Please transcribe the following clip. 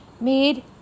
made